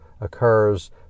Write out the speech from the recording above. occurs